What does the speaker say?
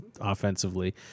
offensively